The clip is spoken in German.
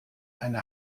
eine